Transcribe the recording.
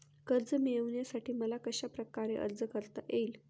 कर्ज मिळविण्यासाठी मला कशाप्रकारे अर्ज करता येईल?